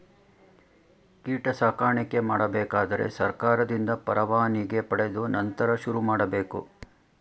ಕೀಟ ಸಾಕಾಣಿಕೆ ಮಾಡಬೇಕಾದರೆ ಸರ್ಕಾರದಿಂದ ಪರವಾನಿಗೆ ಪಡೆದು ನಂತರ ಶುರುಮಾಡಬೇಕು